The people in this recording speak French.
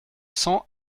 cents